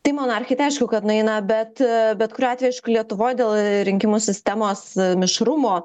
tai monarchai tai aišku kad nueina bet bet kuriuo atveju aišku lietuvoj dėl rinkimų sistemos mišrumo